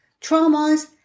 traumas